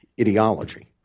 ideology